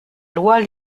loi